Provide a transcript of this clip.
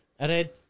red